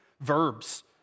verbs